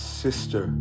sister